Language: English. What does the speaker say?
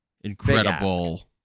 incredible